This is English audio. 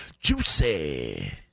juicy